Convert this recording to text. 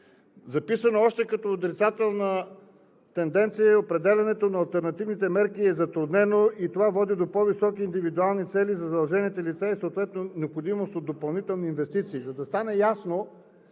Записано е още като отрицателна тенденция и определянето на алтернативните мерки е затруднено, това води до по-високи индивидуални цели за задължените лица и съответно необходимост от допълнителни инвестиции.